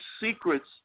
secrets